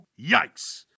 yikes